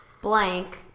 blank